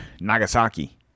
nagasaki